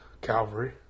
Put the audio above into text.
Calvary